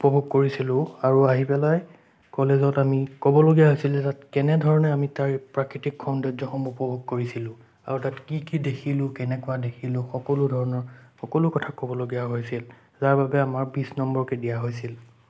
উপভোগ কৰিছিলোঁ আৰু আহি পেলাই কলেজত আমি ক'বলগীয়া হৈছিলে যে তাত আমি কেনেধৰণে আমি তাৰ প্ৰাকৃতিক সৌন্দৰ্যসমূহ উপভোগ কৰিছিলোঁ আৰু তাত কি কি দেখিলোঁ কেনেকুৱা দেখিলোঁ সকলো ধৰণৰ সকলো কথা ক'বলগীয়া হৈছিল যাৰ বাবে আমাৰ বিছ নম্বৰকৈ দিয়া হৈছিল